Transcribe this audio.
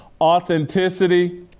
Authenticity